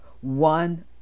one